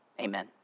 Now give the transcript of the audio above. Amen